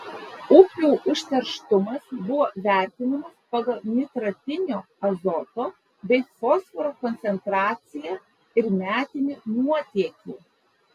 upių užterštumas buvo vertinamas pagal nitratinio azoto bei fosforo koncentraciją ir metinį nuotėkį